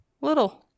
Little